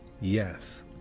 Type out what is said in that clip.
Yes